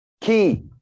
Key